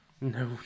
No